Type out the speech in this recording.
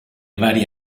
varie